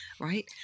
right